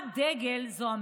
אני